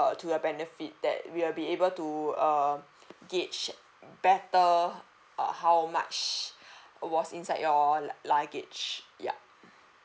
to your benefit that we will be able to um gauge better err how much was inside your luggage ya